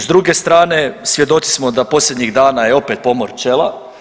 S druge strane svjedoci smo da posljednjih dana je opet pomor pčela.